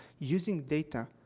using data,